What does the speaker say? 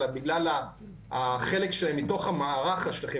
אלא בגלל החלק של מתוך מערך של השטחים